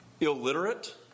illiterate